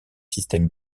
système